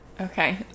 Okay